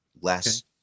less